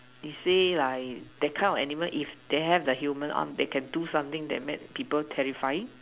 can say like that kind of animal if they have a human arm they can do something that make people terrifying